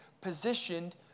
positioned